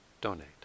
donate